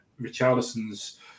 Richarlison's